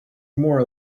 more